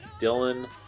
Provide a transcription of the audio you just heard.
Dylan